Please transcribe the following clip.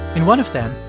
in one of them,